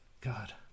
God